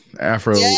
Afro